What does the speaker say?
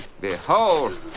behold